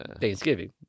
Thanksgiving